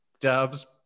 Dubs